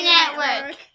Network